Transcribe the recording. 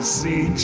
see